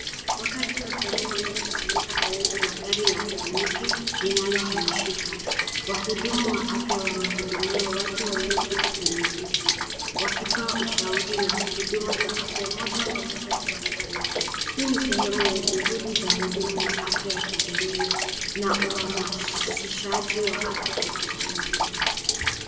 Wakazi wa jamii wamekusanyika karibu na gari la kliniki linalohamishika. Wahudumu wa afya wanahudumia watu walioketi kwenye viti wakitoa ushauri na huduma za afya moja kwa moja uwanjani. Hii ni sehemu ya juhudi za huduma ya afya ya kijamii na uhamasishaji wa afya vijijini.